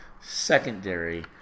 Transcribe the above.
secondary